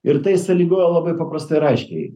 ir tai sąlygojo labai paprastai ir aiškiai